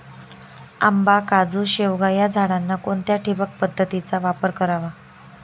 आंबा, काजू, शेवगा या झाडांना कोणत्या ठिबक पद्धतीचा वापर करावा?